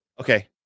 Okay